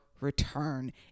return